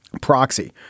Proxy